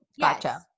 gotcha